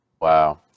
Wow